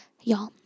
y'all